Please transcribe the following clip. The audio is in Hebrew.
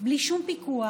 בלי שום פיקוח,